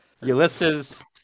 Ulysses